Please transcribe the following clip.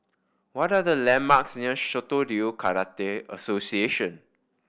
what are the landmarks near Shitoryu Karate Association